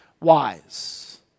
wise